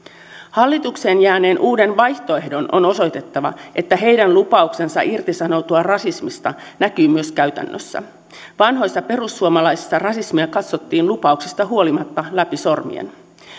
hallitukseen jääneen uuden vaihtoehdon on osoitettava että heidän lupauksensa irtisanoutua rasismista näkyy myös käytännössä vanhoissa perussuomalaisissa rasismia katsottiin lupauksista huolimatta läpi sormien